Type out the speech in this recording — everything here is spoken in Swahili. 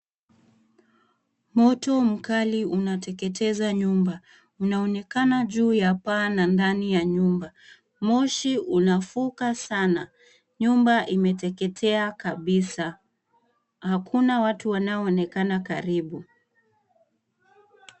Moto mkali unateketeza nyumba Inaonekana juu ya paa na ndani ya nyumba moshi unavuka sana nyumba imeteketea kabisa. Hakuna watu wanaoonekana karibu.